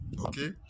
okay